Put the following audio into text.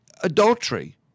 Adultery